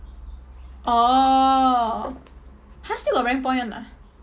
oh !huh! still got rank point [one] ah